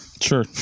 Sure